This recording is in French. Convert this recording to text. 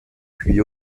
puis